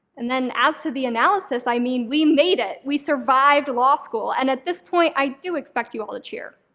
and then as to the analysis, i mean we made it. we survived law school and, at this point, i do expect you all to cheer.